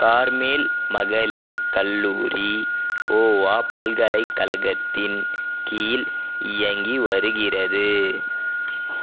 Carmel மகளிர் கல்லூரி கோவா பல்கலைக்கழகத்தின் கீழ் இயங்கிவருகிறது